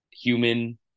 human